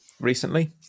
recently